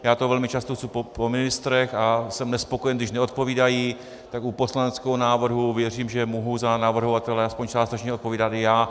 Já to velmi často chci po ministrech a jsem nespokojen, když neodpovídají, tak u poslaneckého návrhu věřím, že mohu za navrhovatele aspoň částečně odpovídat já.